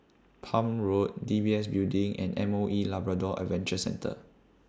Palm Road D B S Building and M O E Labrador Adventure Centre